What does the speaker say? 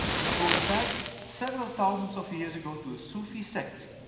it goes back several thousands of years ago to a sufi sect,